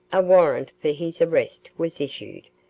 a warrant for his arrest was issued,